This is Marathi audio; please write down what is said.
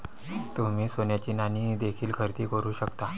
तुम्ही सोन्याची नाणी देखील खरेदी करू शकता